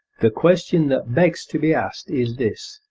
the question that begs to be asked is this